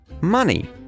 Money